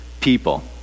people